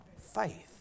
faith